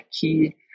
key